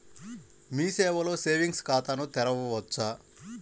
మీ సేవలో సేవింగ్స్ ఖాతాను తెరవవచ్చా?